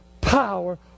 power